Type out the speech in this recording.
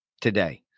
today